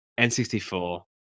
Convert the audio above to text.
N64